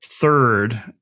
Third